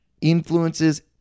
influences